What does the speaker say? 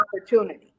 opportunity